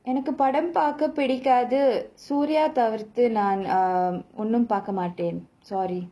எனக்கு படம் பாக்க பிடிகாது:enaku padam paaka pidikaathu suria தவிர்த்து நான்:thavirthu naan um ஒன்னும் பாக்க மாட்டேன்:onnum paaka maataen sorry